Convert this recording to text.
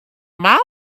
mouse